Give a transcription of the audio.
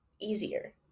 easier